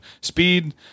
speed